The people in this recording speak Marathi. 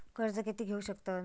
कर्ज कीती घेऊ शकतत?